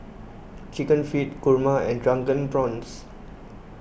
Chicken Feet Kurma and Drunken Prawns